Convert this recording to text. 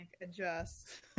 adjust